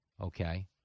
okay